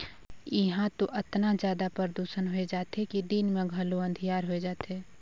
इहां तो अतना जादा परदूसन होए जाथे कि दिन मे घलो अंधिकार होए जाथे